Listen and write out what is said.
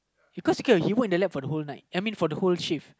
because he cannot the whole night I mean for the whole shift